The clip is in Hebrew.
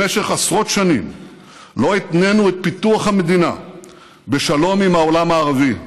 במשך עשרות שנים לא התנינו את פיתוח המדינה בשלום עם העולם הערבי,